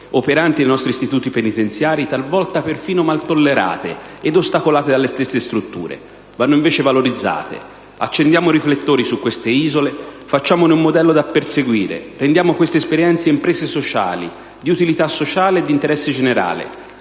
operanti nei nostri istituti penitenziari, talvolta perfino mal tollerate ed ostacolate dalle stesse strutture. Vanno invece valorizzate: accendiamo i riflettori su queste isole, facciamone un modello da perseguire. Rendiamo queste esperienze imprese sociali, di utilità sociale e di interesse generale,